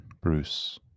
Bruce